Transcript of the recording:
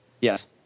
Yes